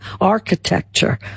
architecture